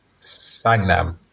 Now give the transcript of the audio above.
Sangnam